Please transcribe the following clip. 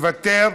מוותר.